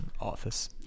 Office